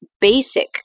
basic